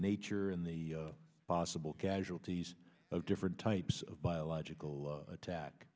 nature and the possible casualties of different types of biological attack